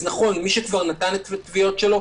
אז מי שנתן את הטביעות שלו,